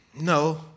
No